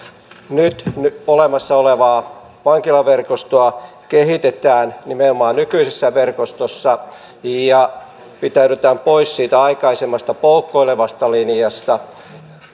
nyt nyt olemassa olevaa vankilaverkostoa kehitetään nimenomaan nykyisessä verkostossa ja pitäydytään pois siitä aikaisemmasta poukkoilevasta linjasta